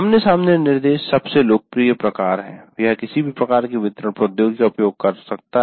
आमने सामने निर्देश सबसे लोकप्रिय प्रकार है यह किसी भी वितरण प्रोद्योगिकी का उपयोग कर सकता है